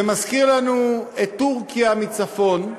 זה מזכיר לנו את טורקיה מצפון,